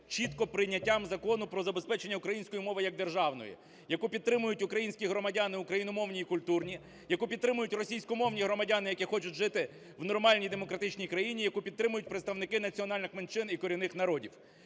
чітко прийняттям Закону про забезпечення української мови як державної, яку підтримують українські громадяни, україномовні і культурні, яку підтримують російськомовні громадяни, які хочуть жити в нормальній, демократичній країні, яку підтримують представники національних меншин і корінних народів.